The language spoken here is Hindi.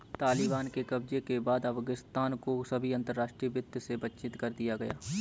तालिबान के कब्जे के बाद अफगानिस्तान को सभी अंतरराष्ट्रीय वित्त से वंचित कर दिया गया